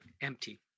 empty